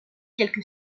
quelque